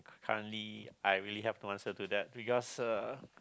currently I really have no answer to that because uh